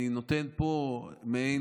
אני נותן מעין,